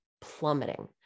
plummeting